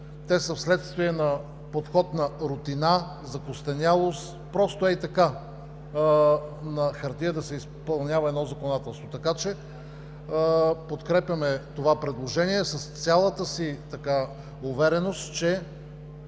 те са вследствие на подход, на рутина, закостенялост, просто хей така – на хартия да се изпълнява едно законодателство. Подкрепяме това предложение с цялата си увереност, че